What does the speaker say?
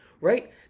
right